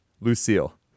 Lucille